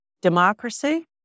democracy